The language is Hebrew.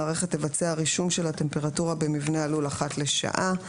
המערכת תבצע רישום של הטמפרטורה במבנה הלול אחת לשעה.